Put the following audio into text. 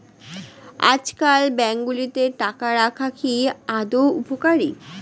আজকাল ব্যাঙ্কগুলোতে টাকা রাখা কি আদৌ উপকারী?